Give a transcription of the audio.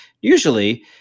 usually